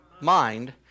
mind